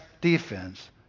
defense